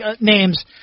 names